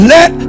Let